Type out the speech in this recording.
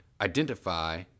identify